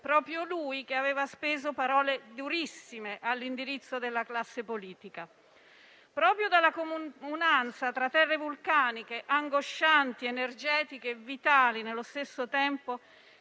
proprio lui che aveva speso parole durissime all'indirizzo della classe politica. Proprio dalla comunanza tra terre vulcaniche angoscianti, energetiche e vitali nello stesso tempo,